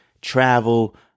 Travel